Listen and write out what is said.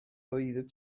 oeddet